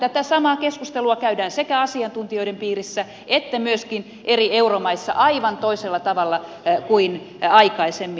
tätä samaa keskustelua käydään sekä asiantuntijoiden piirissä että myöskin eri euromaissa aivan toisella tavalla kuin aikaisemmin